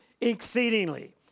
exceedingly